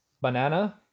banana